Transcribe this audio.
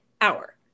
hour